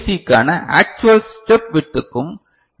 க்கான actual step விட்துக்கும் D